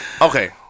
okay